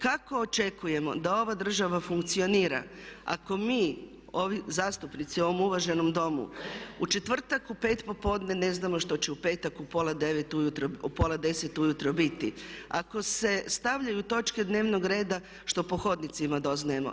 Kako očekujemo da ova država funkcionira ako mi zastupnici u ovom uvaženom Domu u četvrtak u pet popodne ne znamo što će u petak u pola deset ujutro biti, ako se stavljaju točke dnevnog reda što po hodnicima doznajemo.